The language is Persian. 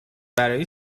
برای